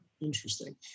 Interesting